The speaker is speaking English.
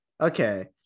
Okay